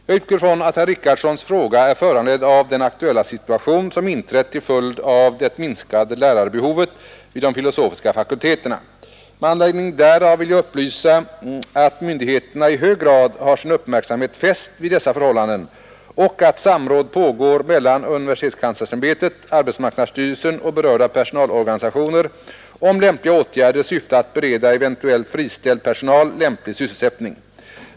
Jag utgår ifrån att herr Richardsons fråga är föranledd av den aktuella situation som inträtt till följd av det minskade lärarbehovet vid de filosofiska fakulteterna. Med anledning därav vill jag upplysa, att myndigheterna i hög grad har sin uppmärksamhet fäst vid dessa förhållanden och att samråd pågår mellan universitetskanslersämbetet, arbetsmarknadsstyrelsen och berörda personalorganisationer om lämpliga åtgärder i syfte att bereda eventuellt friställd personal lämplig sysselsättning.